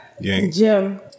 Jim